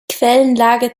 quellenlage